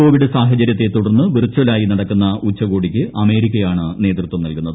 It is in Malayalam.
കോവിഡ് സാഹചരൃത്തെ തുടർന്ന് വിർചലായി നടക്കുന്ന ഉച്ചകോടിക്ക് അമേരിക്ക ആണ് നേതൃത്വം നൽകുന്നത്